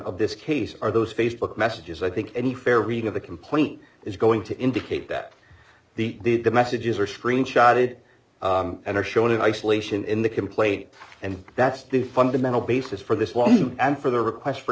of this case are those facebook messages i think any fair reading of the complaint is going to indicate that the good messages are screenshot it and are shown in isolation in the complaint and that's the fundamental basis for this lawsuit and for their requests for